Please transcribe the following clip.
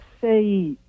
say